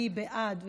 מי בעד?